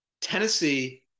Tennessee